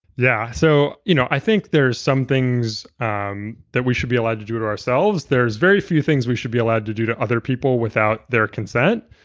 yeah, so you know i think there are some things um that we should be allowed to do to ourselves. there is very few things we should be allowed to do other people without their consent,